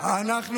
לא,